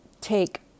take